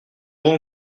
grand